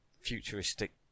futuristic